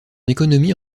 économie